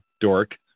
dork